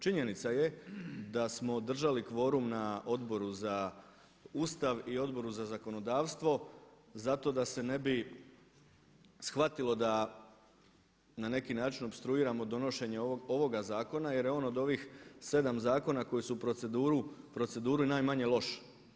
Činjenica je da smo držali kvorum na Odbor za Ustav i Odboru za zakonodavstvo zato da se ne bi shvatilo da na neki način opstruiramo donošenje ovoga zakona jer je on od ovih 7 zakona koji su u proceduri najmanje loša.